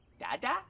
Dada